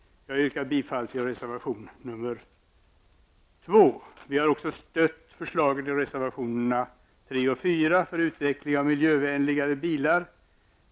Jag yrkar bifall till reservation nr 2. Vi har också stött förslagen i reservationerna 3 och 4 för utveckling av miljövänligare bilar.